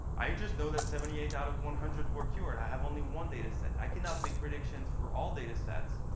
i just know that seventy eight out of one hundred were cured. i have only one data set. i cannot make predictions for all data sets.